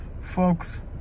folks